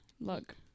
Look